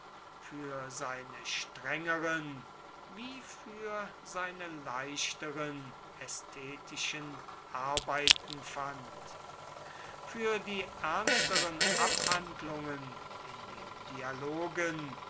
für seine strengeren wie für seine leichteren ästhetischen arbeiten fand für die ernsteren abhandlungen in den dialogen